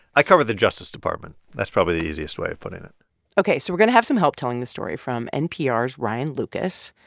i cover the justice department. that's probably the easiest way of putting it ok, so we're going to have some help telling the story from npr's ryan lucas.